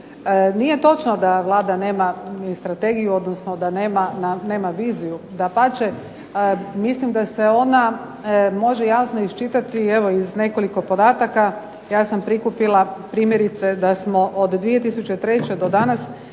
Nije točno da Vlada nema ni strategiju, odnosno da nema viziju. Dapače mislim da se ona može jasno iščitati evo iz nekoliko podataka. Ja sam prikupila primjerice da smo od 2003. do danas